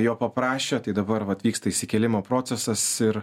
jo paprašė tai dabar vat vyksta išsikėlimo procesas ir